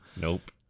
Nope